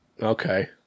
Okay